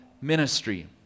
ministry